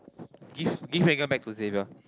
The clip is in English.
give give Megan back to Xavier